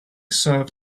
serve